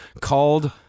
called